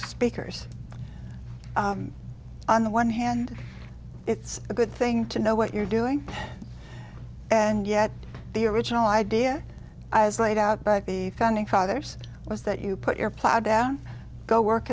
speakers on the one hand it's a good thing to know what you're doing and yet the original idea as laid out by the founding fathers was that you put your plow down go work